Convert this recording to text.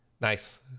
Nice